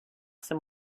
some